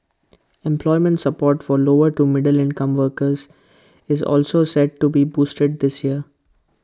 employment support for lower to middle income workers is also set to be boosted this year